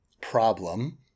problem